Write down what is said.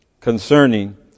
concerning